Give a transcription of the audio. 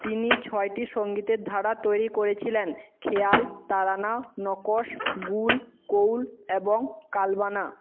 তিনি ছয়টি সঙ্গীতের ধারা তৈরি করেছিলেন খেয়াল তারানা নকশ গুল কৌল এবং কালবানা